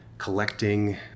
Collecting